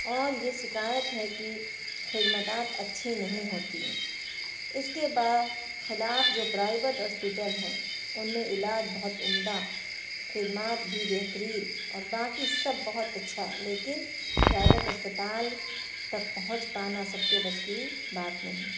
اور یہ شکایت ہے کہ خدمات اچھی نہیں ہوتی ہیں اس کے بعد خلاف جو پرائیویٹ ہاسپیٹل ہیں ان میں علاج بہت عمدہ خدمات بھی بہترین اور باقی سب بہت اچھا لیکن پرائیویٹ اسپتال تک پہنچ پانا سب کے بس کی بات نہیں